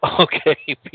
Okay